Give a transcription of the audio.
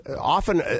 often